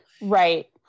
right